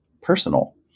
personal